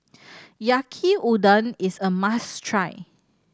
Yaki Udon is a must try